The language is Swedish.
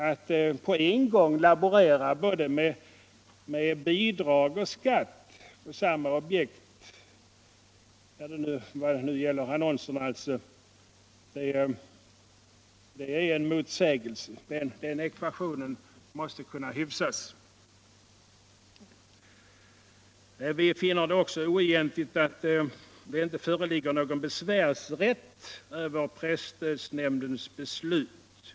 Att på en gång laborera med både bidrag och skatt för samma objekt — alltså i detta fall annonserna — innebär en motsägelse. Den ekvationen måste kunna hyfsas. Vi finner det också oegentligt att det inte föreligger någon besvärsrätt i fråga om presstödsnämndens beslut.